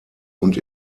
und